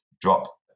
drop